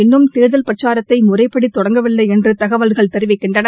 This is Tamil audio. இன்னமும் தேர்தல் பிரச்சாரத்தை முறைப்படி தொடங்கவில்லை என்று தகவல்கள் தெரிவிக்கின்றன